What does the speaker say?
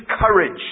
courage